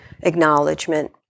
acknowledgement